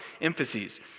emphases